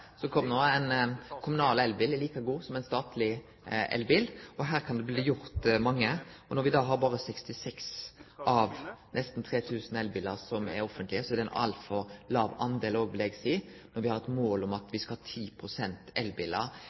kom no. Ein kommunal elbil er like god som ein statleg elbil, og her kan det bli gjort meir. Når det er berre 66 av nesten 3 000 elbilar som er offentlege, vil eg seie at det er ein altfor låg del, sidan me har hatt mål om at me skulle ha 10 pst. elbilar